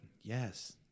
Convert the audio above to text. Yes